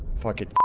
flip it